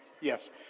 Yes